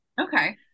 okay